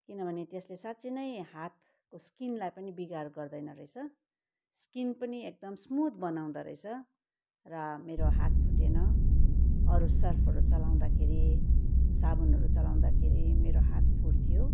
किनभने त्यसले साँच्ची नै हातको स्किनलाई पनि बिगार गर्दैन रहेछ स्किन पनि एकदम स्मुथ बनाउँदो रहेछ र मेरो हात फुटेन अरू सर्फहरू चलाउँदाखेरि साबुनहरू चलउँदाखेरि मेरो हात फुट्थ्यो